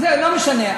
זה לא משנה.